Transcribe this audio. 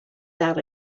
that